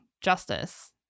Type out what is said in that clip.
justice